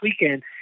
weekend